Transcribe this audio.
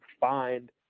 find